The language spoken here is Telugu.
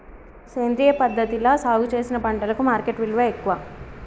సేంద్రియ పద్ధతిలా సాగు చేసిన పంటలకు మార్కెట్ విలువ ఎక్కువ